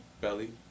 Belly